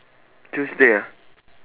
tuesday ah